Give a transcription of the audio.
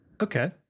Okay